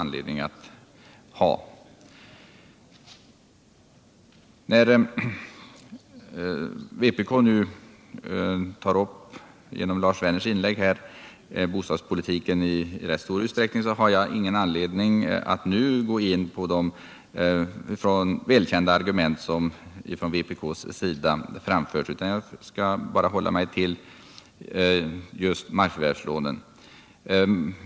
Trots att vpk nu genom Lars Werners inlägg här i rätt stor utsträckning tar upp bostadspolitiska frågor i största allmänhet skall jag inte gå in på de välkända argument som framförts från vpk:s sida, utan jag skall hålla mig till markförvärvslånefonden.